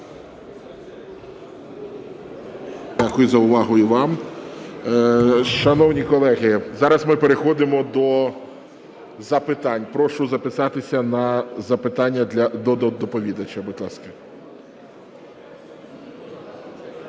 Дякую за увагу і вам. Шановні колеги, зараз ми переходимо до запитань. Прошу записатися на запитання до доповідача, будь ласка.